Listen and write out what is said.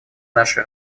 наши